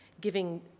giving